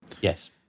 Yes